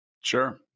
Sure